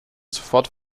sofort